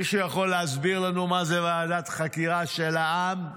מישהו יכול להסביר לנו מה זה ועדת חקירה של העם?